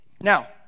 Now